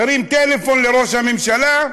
הוא הרים טלפון לראש הממשלה: